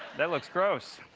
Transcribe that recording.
that looks gross.